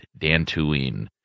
Dantooine